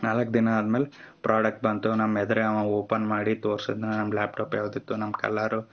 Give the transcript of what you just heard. ನಾಲ್ಕು ದಿನ ಆದ್ಮೇಲೆ ಪ್ರಾಡಕ್ಟ್ ಬಂತು ನಮ್ಮ ಎದುರೆ ಅವ ಓಪನ್ ಮಾಡಿ ತೋರ್ಸದ್ನ ನಮ್ಮ ಲ್ಯಾಪ್ಟಾಪ್ ಯಾವ್ದು ಇತ್ತು ನಮ್ಮ ಕಲ್ಲರು